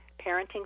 parenting